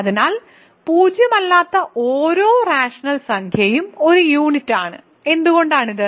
അതിനാൽ പൂജ്യമല്ലാത്ത ഓരോ റാഷണൽ സംഖ്യയും ഒരു യൂണിറ്റാണ് എന്തുകൊണ്ടാണ് ഇത്